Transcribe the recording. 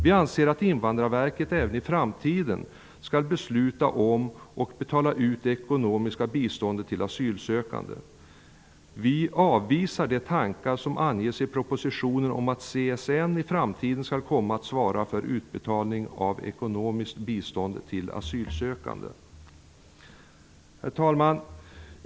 Vi anser att Invandrarverket även i framtiden skall besluta om och betala ut det ekonomiska biståndet till asylsökande. Vi avvisar de tankar som framförs i propositionen om att CSN i framtiden skall komma att svara för utbetalning av ekonomiskt bistånd till asylsökande. Herr talman!